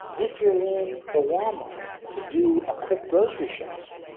if you're in the walmart to do a quick grocery shop,